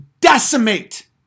decimate